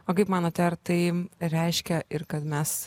o kaip manote ar tai reiškia ir kad mes